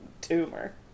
tumor